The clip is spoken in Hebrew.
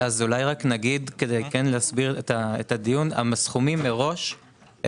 אולי נגיד כדי להסביר את הדיון: הסכומים מראש,